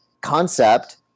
concept